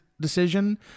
decision